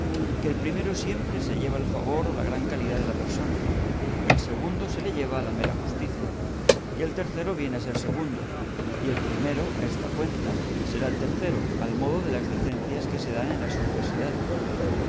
que el primero siempre se lleva el favor o la gran calidad de la persona el segundo se le lleva la mera justicia y el tercero viene a ser segundo y el primero a esta cuenta será el tercero al modo de las licencias que se dan en las universidades